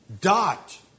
dot